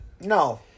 no